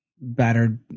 battered